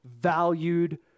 valued